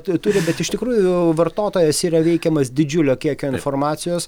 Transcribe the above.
tu turi bet iš tikrųjų vartotojas yra veikiamas didžiulio kiekio informacijos